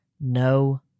no